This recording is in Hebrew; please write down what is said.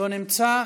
לא נמצא,